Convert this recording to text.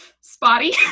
Spotty